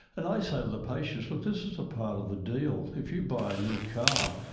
and i say to the patients, look, this is part of the deal. if you buy a new car,